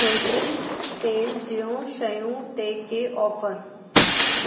ख़ुर्दिन तेल जियूं शयूं ते के ऑफर